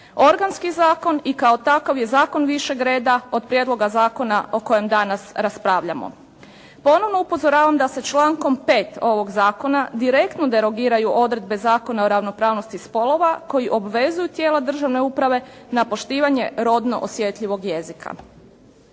organski zakon i kao takav je zakon višeg reda od prijedloga zakona o kojem danas raspravljamo. Ponovno upozoravam da se člankom 5. ovog zakona direktno derogiraju odredbe Zakona o ravnopravnosti spolova koji obvezuju tijela državne uprave na poštivanje rodno osjetljivog jezika.